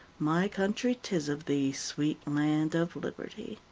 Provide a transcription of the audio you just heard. my country, tis of thee, sweet land of liberty.